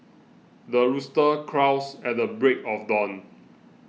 the rooster crows at the break of dawn